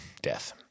death